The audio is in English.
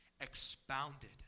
expounded